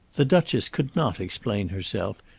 the duchess could not explain herself,